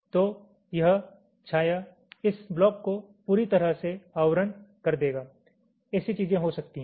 तो यह छाया इस ब्लॉक को पूरी तरह से आवरण कर देगा ऐसी चीजें हो सकती हैं